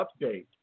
update